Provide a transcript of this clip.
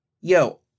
yo